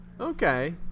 Okay